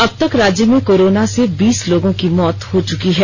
अब तक राज्य में कोरोना से बीस लोगों की मौत हो चुकी है